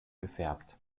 gefärbt